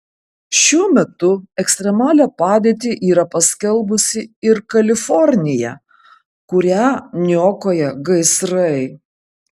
šiuo metu ekstremalią padėtį yra paskelbusi ir kalifornija kurią niokoja gaisrai